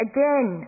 Again